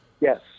Yes